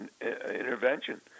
intervention